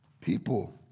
People